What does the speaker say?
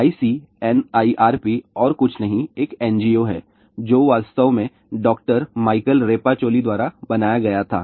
ICNIRP और कुछ नहीं एक NGO है जो वास्तव में डॉक्टर माइकल रेपाचोली द्वारा बनाया गया था